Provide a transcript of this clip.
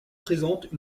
présente